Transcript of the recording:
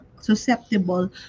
susceptible